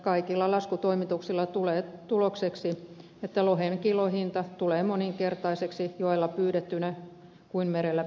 kaikilla laskutoimituksilla tulee tulokseksi että lohen kilohinta tulee moninkertaiseksi joella pyydettynä kuin merellä pyydettynä